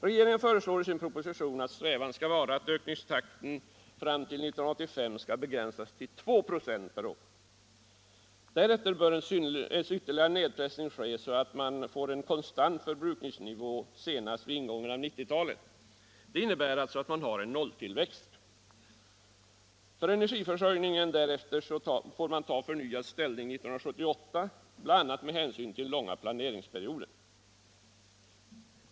Regeringen föreslår i sin proposition att strävan skall vara att ökningstakten fram till 1985 begränsas till 2 96 per år. Därefter bör en ytterligare nedpressning ske så att man får en konstant förbrukningsnivå senast vid ingången av 1990-talet. Det innebär alltså att man har en nolltillväxt. För energiförsörjningen därefter får man ta förnyad ställning 1978, bl.a. med hänsyn till den långa planeringsperioden.